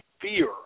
fear